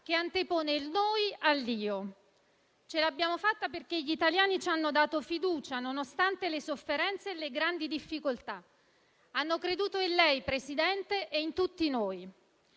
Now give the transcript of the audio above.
che antepone il noi all'io. Ce l'abbiamo fatta perché gli italiani ci hanno dato fiducia nonostante le sofferenze e le grandi difficoltà; hanno creduto in lei, signor Presidente del